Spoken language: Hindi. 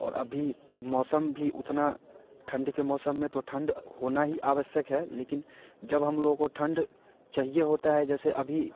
और अभी मौसम भी उतना ठंड के मौसम में तो ठंड होना ही आवश्यक है लेकिन जब हम लोग को ठंड चाहिए होती है जैसे अभी